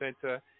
Center